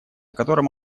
котором